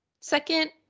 second